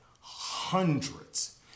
Hundreds